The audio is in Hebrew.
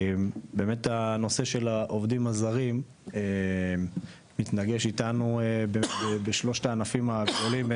באמת הנושא של העובדים הזרים מתנגש איתנו בשלושת הענפים הגדולים,